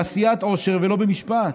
של עשיית עושר ולא במשפט,